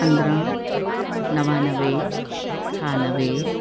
पंद्रहं नवानवे छियानवे